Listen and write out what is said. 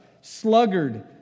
sluggard